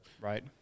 Right